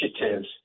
initiatives